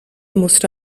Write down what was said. musste